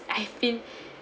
I feel